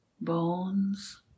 bones